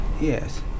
Yes